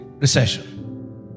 recession